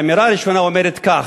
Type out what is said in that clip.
האמירה הראשונה אומרת כך: